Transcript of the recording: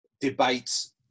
debates